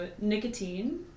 nicotine